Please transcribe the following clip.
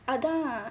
அதான்:athaan